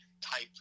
type